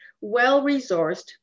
well-resourced